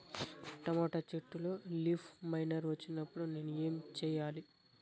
Tomato చెట్టులో leaf miner వచ్చినప్పుడు నేను ఏమి చెయ్యాలి?